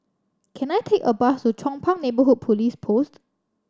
can I take a bus to Chong Pang Neighbourhood Police Post